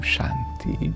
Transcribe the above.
Shanti